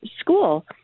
school